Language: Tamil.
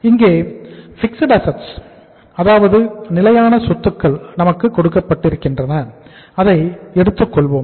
இங்கே பிக்ஸட் அசட்ஸ் அதாவது நிலையான சொத்துக்கள் நமக்கு கொடுக்கப்பட்டிருக்கின்றன அதை எடுத்துக் கொள்வோம்